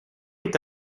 est